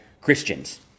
christians